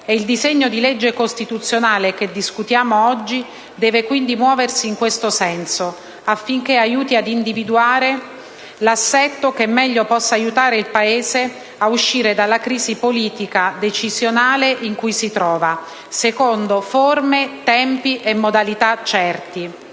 il disegno di legge costituzionale che discutiamo oggi deve quindi muoversi in questo senso, affinché aiuti ad individuare l'assetto istituzionale che meglio possa aiutare il Paese ad uscire dalla crisi politica e decisionale in cui si trova, secondo forme, tempi e modalità certi.